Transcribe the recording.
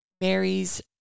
Mary's